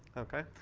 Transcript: ok.